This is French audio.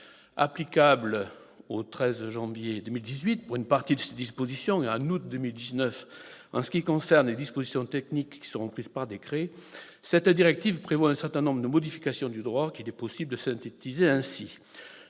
Applicable au 13 janvier 2018 pour une partie de ses dispositions et en août 2019 en ce qui concerne les dispositions techniques qui seront prises par décret, cette directive prévoit un certain nombre de modifications du droit qu'il est possible de synthétiser ainsi.